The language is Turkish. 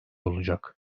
olacak